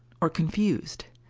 or confused.